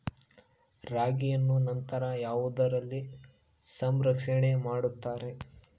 ರಾಗಿಯನ್ನು ನಂತರ ಯಾವುದರಲ್ಲಿ ಸಂರಕ್ಷಣೆ ಮಾಡುತ್ತಾರೆ?